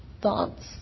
thoughts